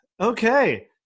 Okay